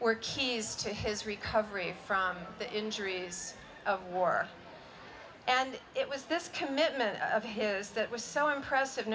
were keys to his recovery from the injuries of war and it was this commitment of his that was so impressive no